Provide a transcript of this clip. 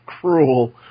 cruel